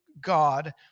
God